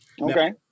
Okay